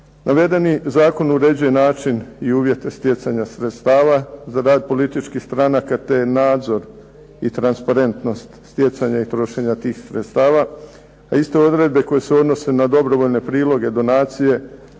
Navedeni zakon uređuje način i uvjete stjecanja sredstava za rad političkih stranaka te nadzor i transparentnost stjecanja i trošenja tih sredstava, a iste odredbe koje se odnose na dobrovoljne priloge, donacije,